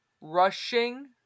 rushing